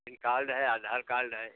pan card है Aadhaar card है